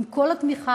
עם כל התמיכה,